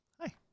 Hi